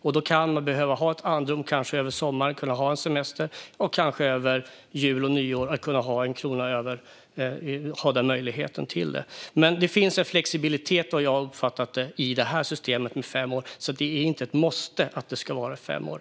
Man kan behöva få andrum och ha möjlighet att ha en krona över, kanske över sommaren, för att kunna ha semester och kanske även till jul och nyår. Som jag har uppfattat det finns det en flexibilitet i systemet som är på fem år. Det måste alltså inte vara fem år.